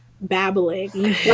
Babbling